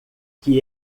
que